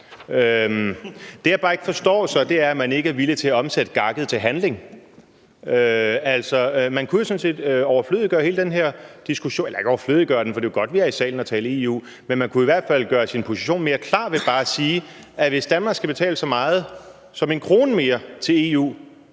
Det, jeg så bare ikke forstår, er, at man ikke er villig til at omsætte gakket til handling. Man kunne jo sådan set overflødiggøre hele den her diskussion – eller ikke overflødiggøre den, for det er jo godt, at vi er i salen for at tale om EU – men man kunne i hvert fald gøre sin position mere klar ved bare at sige, at hvis Danmark skal betale så meget som 1 kr. mere til EU,